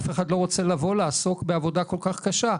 אף אחד לא רוצה לבוא לעסוק בעבודה כל כך קשה.